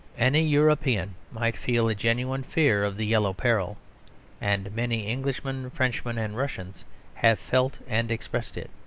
any european might feel a genuine fear of the yellow peril and many englishmen, frenchmen, and russians have felt and expressed it.